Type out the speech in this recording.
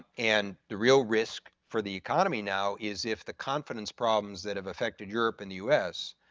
and the real risk for the economy now is if the confidence problems that have affected europe and the u s.